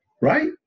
Right